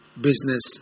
business